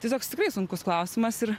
tai toks tikrai sunkus klausimas ir